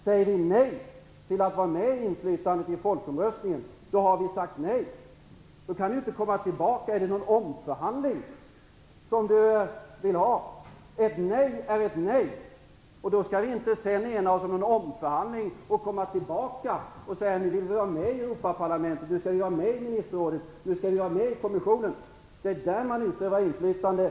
Säger vi i folkomröstningen nej till att vara med i inflytandet, kan vi inte komma tillbaka i någon omförhandling som Gudrun Schyman vill ha. Ett nej är ett nej, och då skall vi inte sedan ena oss om en omförhandling och komma tillbaka och säga att vi vill vara med i Europaparlamentet, i Ministerrådet och i Kommissionen. Det är där man utövar inflytandet.